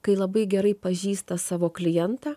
kai labai gerai pažįsta savo klientą